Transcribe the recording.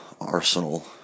arsenal